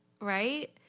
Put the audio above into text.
Right